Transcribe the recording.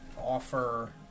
offer